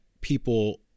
people